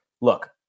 look